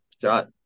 shot